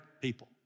people